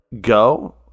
go